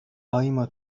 آیما